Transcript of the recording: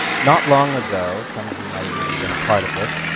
not long ago, some of you might have even been part of this,